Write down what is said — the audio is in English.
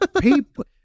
People